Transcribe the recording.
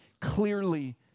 clearly